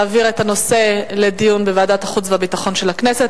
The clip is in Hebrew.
להעביר את הנושא לדיון בוועדת החוץ והביטחון של הכנסת.